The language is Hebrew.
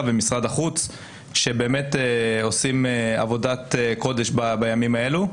ומשרד החוץ שעושים עבודת קודש בימים האלה.